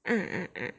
uh uh uh